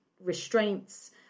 restraints